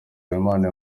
habimana